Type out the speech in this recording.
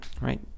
right